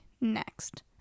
next